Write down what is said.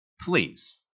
please